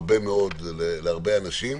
הרבה מאוד להרבה אנשים.